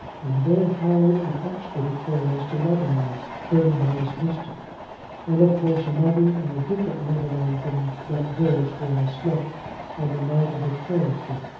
and there hired an extra to carry us to lebanon, thirty miles distant and of course another and a different lebanon from that village where i slept on the night of the prairie trip.